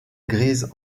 grises